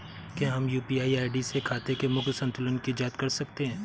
क्या हम UPI ID से खाते के मूख्य संतुलन की जाँच कर सकते हैं?